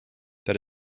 that